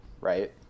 right